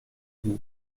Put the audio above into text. goût